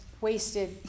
wasted